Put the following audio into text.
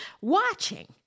watching